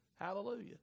Hallelujah